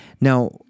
Now